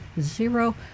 zero